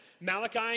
Malachi